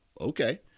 okay